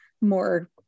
more